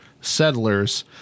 settlers